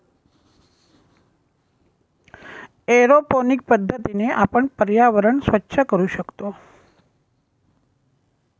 aeroponic पद्धतीने आपण पर्यावरण स्वच्छ करू शकतो